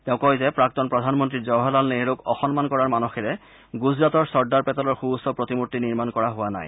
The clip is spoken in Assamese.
তেওঁ কয় যে প্ৰাক্তন প্ৰধানমন্ত্ৰী জৱাহৰলাল নেহেৰুক অসন্মান কৰাৰ মানসেৰে গুজৰাটৰ চৰ্দাৰ পেটেলৰ সু উচ্চ প্ৰতিমূৰ্তি নিৰ্মাণ কৰা হোৱা নাই